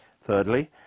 Thirdly